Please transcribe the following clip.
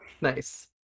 Nice